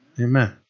Amen